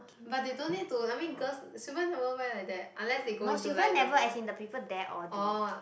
but they don't need to I mean girls Sylvia never wear like that unless they go into like the mosque orh